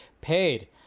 paid